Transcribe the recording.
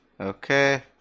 okay